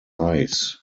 ice